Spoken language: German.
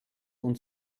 und